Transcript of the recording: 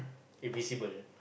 it be simple